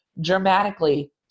dramatically